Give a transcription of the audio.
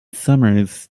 summers